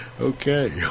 Okay